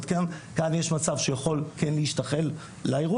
כאן יש מצב שהוא יכול כן להשתחל לאירוע,